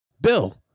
Bill